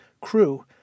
crew